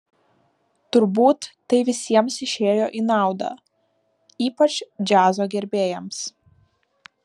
turbūt tai visiems išėjo į naudą ypač džiazo gerbėjams